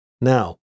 Now